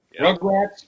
Rugrats